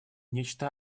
нечто